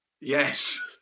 Yes